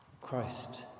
Christ